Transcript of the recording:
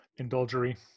indulgery